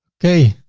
okay.